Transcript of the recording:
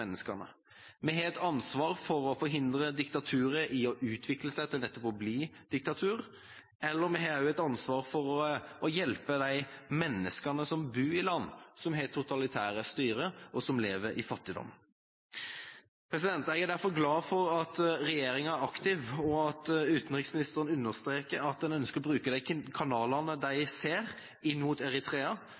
Vi har et ansvar for å forhindre diktaturer fra å utvikle seg til å bli nettopp diktatur. Vi har også et ansvar for å hjelpe de menneskene som bor i land som har totalitære styrer, og som lever i fattigdom. Jeg er derfor glad for at regjeringa er aktiv, og at utenriksministeren understreker at de ønsker å bruke de kanalene de ser inn mot Eritrea,